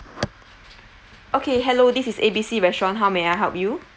okay hello this is A B C restaurant how may I help you